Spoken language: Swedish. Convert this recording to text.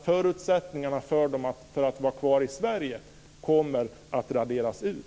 Förutsättningarna för att vara kvar i Sverige kommer att raderas ut.